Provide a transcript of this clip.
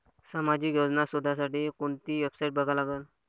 सामाजिक योजना शोधासाठी कोंती वेबसाईट बघा लागन?